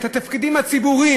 את התפקידים הציבוריים,